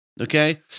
okay